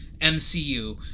MCU